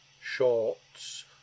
shorts